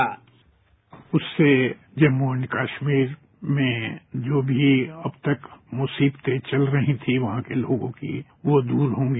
bite उससे Jammu and Kashmir में जो भी अब तक मुसीबतें चल रही थी वहां के लोगों की वो दूर होंगी